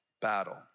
battle